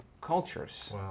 cultures